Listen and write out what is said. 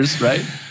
right